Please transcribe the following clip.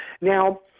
Now